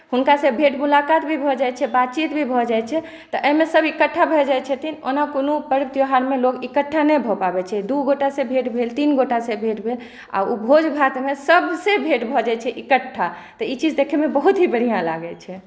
हुनकासे भेट मुलाकात भी भऽ जाइ छै बातचीत भी भऽ जाइ छै तऽ एहिमे सभ इकट्ठा भए जाइ छै ओना कोनो पर्व त्यौहारमे लोक इकठ्ठा नहि भऽ पाबै छै दू गोटा से भेट भेल तीन गोटा से भेट भेल आ ओ भोज भातमे सभसे भेट भऽ जाइ छै इकठ्ठा तऽ ई चीज देखैमे बहुत ही बढ़िऑं लागै छै